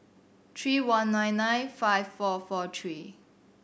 three one nine nine five four four three